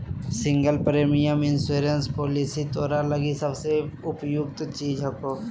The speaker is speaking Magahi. सिंगल प्रीमियम इंश्योरेंस पॉलिसी तोरा लगी सबसे उपयुक्त चीज हको